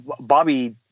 Bobby